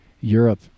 Europe